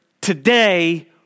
today